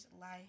Life